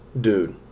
dude